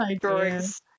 drawings